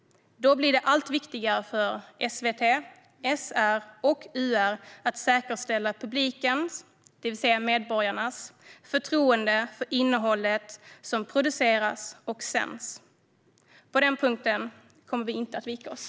Då blir det allt viktigare för SVT, SR och UR att säkerställa publikens, det vill säga medborgarnas, förtroende för innehållet som produceras och sänds. På den punkten kommer vi inte att vika oss.